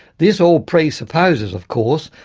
this all presupposes of course,